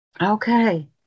Okay